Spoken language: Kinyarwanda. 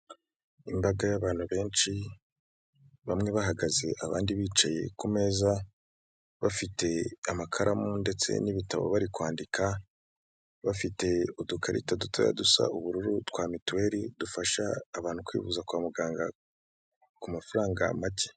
Imbaga y'abantu benshi bamwe bahagaze abandi bicaye ku meza, bafite amakaramu ndetse n'ibitabo bari kwandika, bafite udukarito dutoya dusa ubururu twa mituelle, dufasha abantu kwivuza kwa muganga ku mafaranga make.